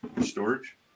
storage